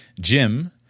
Jim